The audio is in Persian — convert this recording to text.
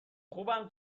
خوبم